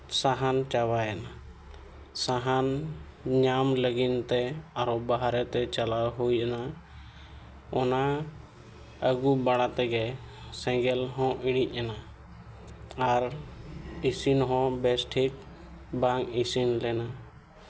ᱥᱟᱦᱟᱱ ᱪᱟᱵᱟᱭᱮᱱᱟ ᱥᱟᱦᱟᱱ ᱧᱟᱢ ᱞᱟᱹᱜᱤᱫ ᱛᱮ ᱟᱨᱦᱚᱸ ᱵᱟᱦᱨᱮ ᱛᱮ ᱪᱟᱞᱟᱣ ᱦᱩᱭ ᱮᱱᱟ ᱚᱱᱟ ᱟᱹᱜᱩ ᱵᱟᱲᱟ ᱛᱮᱜᱮ ᱥᱮᱸᱜᱮᱞ ᱦᱚᱸ ᱤᱲᱤᱡ ᱮᱱᱟ ᱟᱨ ᱤᱥᱤᱱ ᱦᱚᱸ ᱵᱮᱥ ᱴᱷᱤᱠ ᱵᱟᱝ ᱤᱥᱤᱱ ᱞᱮᱱᱟ